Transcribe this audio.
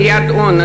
קריית-אונו,